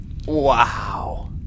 wow